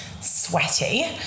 sweaty